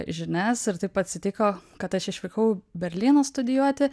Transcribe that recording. žinias ir taip atsitiko kad aš išvykau į berlyną studijuoti